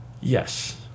Yes